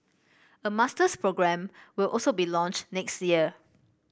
a masters programme will also be launched next year